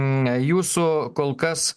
na jūsų kol kas